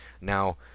Now